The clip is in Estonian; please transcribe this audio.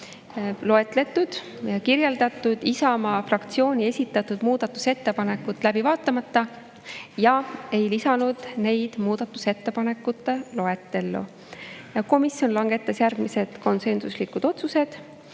loetletud ja kirjeldatud Isamaa fraktsiooni esitatud muudatusettepanekut läbi vaatamata ja ei lisanud neid muudatusettepanekute loetellu. Komisjon langetas järgmised konsensuslikud otsused: